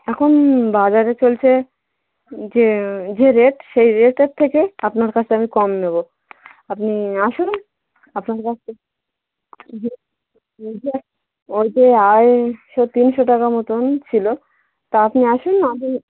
এখন বাজারে চলছে যে যে রেট সেই রেটের থেকে আপনার কাছে আমি কম নেবো আপনি আসুন আপনার কাছ থেকে যে ওই যে ওই যে আড়াইশো তিনশো টাকা মতোন ছিলো তা আপনি আসুন আমি